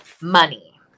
money